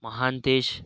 Mahantesh